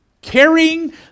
carrying